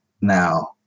Now